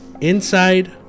Inside